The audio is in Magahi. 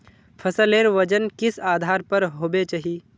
फसलेर वजन किस आधार पर होबे चही?